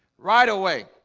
right away